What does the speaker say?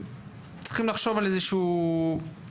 צריך לחשוב על איזה שהוא תהליך,